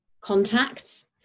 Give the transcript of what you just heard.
contacts